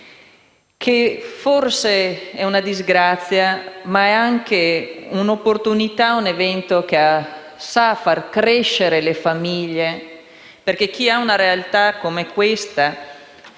che forse è una disgrazia, ma è anche un'opportunità e un evento che sa far crescere le famiglie; chi ha infatti una realtà come questa,